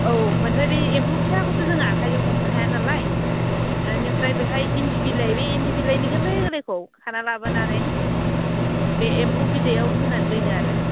औ मानोबा बे एम्फौ फिसाखौथ' जोङो आखाइजों हमनो हाया नालाय बेनिफ्राय बेहाय इन्दि बिलाइ बे इन्दि बिलाइनि गोरलै गोरलैखौ खाना लाबोनानै बे एम्फौखौ बिदैयाव होनानै दोनो आरो